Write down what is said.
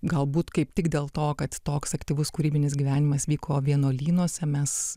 galbūt kaip tik dėl to kad toks aktyvus kūrybinis gyvenimas vyko vienuolynuose mes